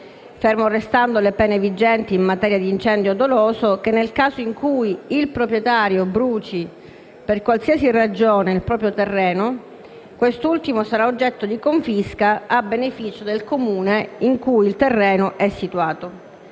ferme restando le pene vigenti in materia di incendio doloso, che, nel caso in cui il proprietario bruci per qualsiasi ragione il proprio terreno, quest'ultimo sarà oggetto di confisca a beneficio del Comune in cui il terreno è situato.